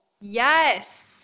yes